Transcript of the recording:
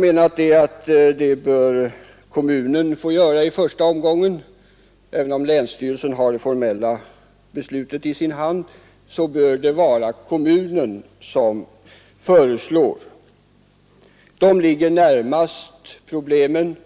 menar att kommunen bör få sköta detta i första omgången; änsstyrelsen har att fatta det formella beslutet, bör det vara även om 1 kommunen som föreslår medlare. Eftersom kommunen ligger